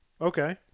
Okay